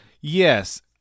Yes